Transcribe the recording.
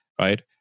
right